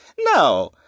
No